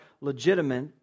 legitimate